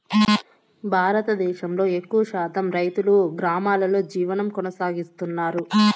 భారతదేశంలో ఎక్కువ శాతం రైతులు గ్రామాలలో జీవనం కొనసాగిస్తన్నారు